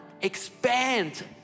expand